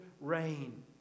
rain